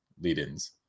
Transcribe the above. lead-ins